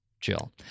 jill